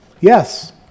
Yes